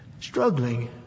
struggling